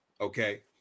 okay